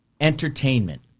entertainment